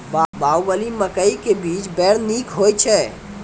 बाहुबली मकई के बीज बैर निक होई छै